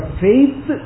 faith